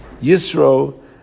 Yisro